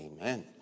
Amen